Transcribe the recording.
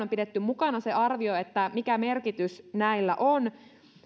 on pidetty mukana se arvio mikä merkitys näillä on